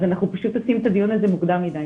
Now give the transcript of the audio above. אז אנחנו פשוט עושים את הדיון הזה מוקדם מדי,